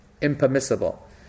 impermissible